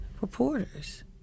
reporters